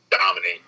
dominate